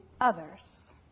others